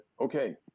okay